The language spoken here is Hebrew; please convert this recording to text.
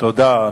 תודה.